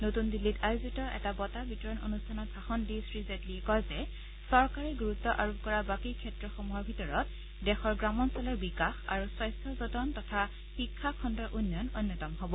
নতুন দিল্লীত আয়োজিত এটা বঁটা বিতৰণ অনুষ্ঠানত ভাষণ দি শ্ৰীজেটলীয়ে কয় যে চৰকাৰে গুৰুত্ব আৰোপ কৰা বাকী ক্ষেত্ৰসমূহৰ ভিতৰত দেশৰ গ্ৰামাঞ্চলৰ বিকাশ আৰু স্বাস্থ্য যতন তথা শিক্ষা খণ্ডৰ উন্নয়ন অন্যতম হ'ব